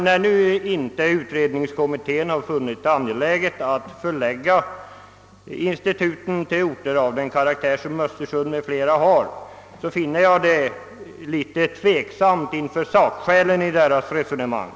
När utredningskommittén nu inte har funnit det angeläget att förlägga instituten till orter av Östersunds karaktär, ställer jag mig tveksam till sakskälen i kommitténs resonemang.